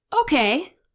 Okay